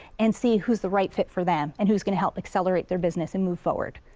and see who's the right fit for them and who's going to help accelerate their business and move forward.